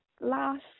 last